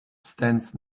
stands